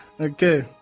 Okay